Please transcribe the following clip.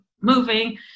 moving